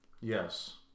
Yes